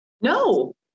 No